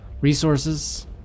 resources